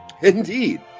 Indeed